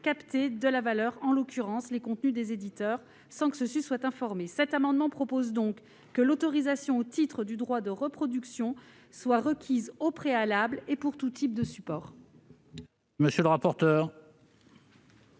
capter de la valeur, en l'occurrence les contenus des éditeurs, sans que ces derniers en soient informés. Cet amendement tend à ce que l'autorisation accordée au titre du droit de reproduction soit requise au préalable et pour tous types de supports.